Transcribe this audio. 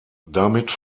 damit